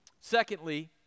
Secondly